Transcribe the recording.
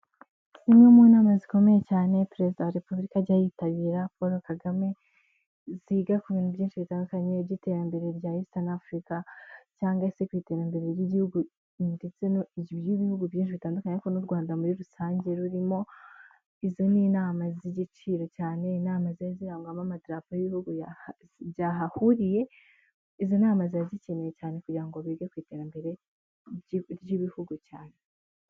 Zimwe mu nama zikomeye cyane perezida wa Repubulika ajya yitabira Paul Kagame, ziga ku bintu byinshi bitandukanye by'iterambere rya Eastern Africa cyangwa se ku iterambere ry'igihugu ndetse n'ibihugu byinshi bitandukanye n'u Rwanda muri rusange rurimo. Izi ni inama z'igiciro cyane, inama ziba zirangwamo amadarapo y'ibihugu byahahuriye. Izi nama zari zikenewe cyane kugira ngo bige ku iterambere ry'ibihugu cyane.